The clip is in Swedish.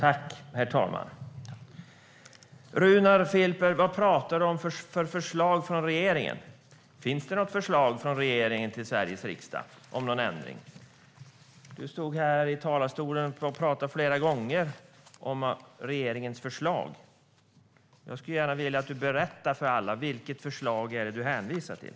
Herr talman! Runar Filper, vad är det för förslag från regeringen som du pratar om? Finns det något förslag från regeringen till Sveriges riksdag om någon ändring? I talarstolen nämnde du flera gånger regeringens förslag. Jag skulle gärna vilja att du berättar för alla vilket förslag det är du hänvisar till.